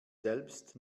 selbst